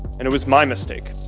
and it was my mistake,